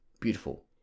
beautiful